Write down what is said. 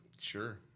sure